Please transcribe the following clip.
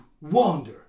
wander